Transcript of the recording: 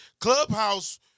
Clubhouse